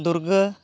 Durga